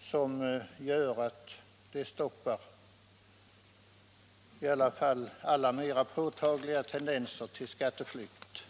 så att det stoppar alla mera påtagliga tendenser till skatteflykt.